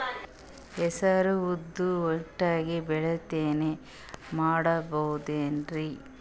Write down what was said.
ಹೆಸರು ಉದ್ದು ಒಟ್ಟಿಗೆ ಬಿತ್ತನೆ ಮಾಡಬೋದೇನ್ರಿ?